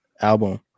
album